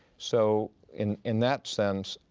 so in in that sense,